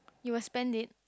you will spend it